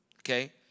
Okay